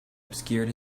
obscured